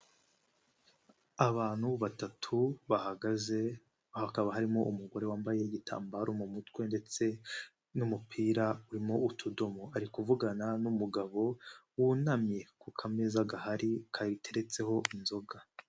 Abantu batatu bahagaze, hakaba harimo umugore wambaye igitambaro mu mutwe ndetse n'umupira urimo utudomo, ari kuvugana n'umugabo wunamye ku kameza gahari kayiteretseho inzoga.